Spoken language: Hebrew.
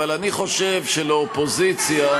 אבל אני חושב שלאופוזיציה,